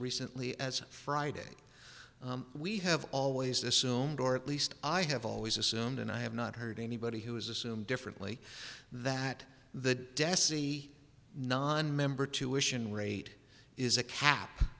recently as friday we have always assumed or at least i have always assumed and i have not heard anybody who is assume differently that that dessie nonmember tuition rate is a cap